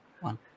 one